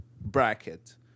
bracket